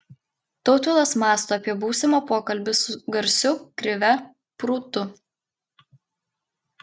tautvilas mąsto apie būsimą pokalbį su garsiu krive prūtu